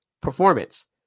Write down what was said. performance